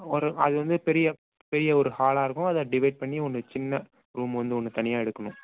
ஒரு அது வந்து பெரிய பெரிய ஒரு ஹாலாக இருக்கும் அதை டிவைட் பண்ணி ஒன்று சின்ன ரூம் வந்து ஒன்று தனியாக எடுக்கணும்